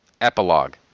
Epilogue